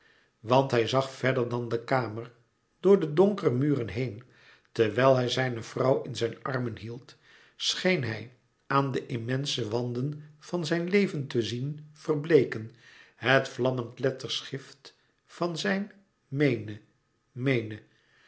want hij zag verder dan de kamer door de donkere muren heen terwijl hij zijne vrouw in zijn armen hield scheen hij aan de immense wanden van zijn leven te zien verbleeken het vlammend letterschrift van zijn mene mene